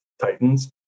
Titans